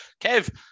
Kev